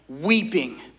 weeping